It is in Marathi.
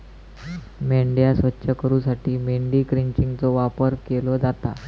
मेंढ्या स्वच्छ करूसाठी मेंढी क्रचिंगचो वापर केलो जाता